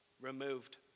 removed